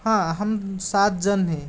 हाँ हम सात जन है